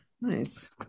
nice